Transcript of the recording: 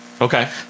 Okay